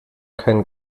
kein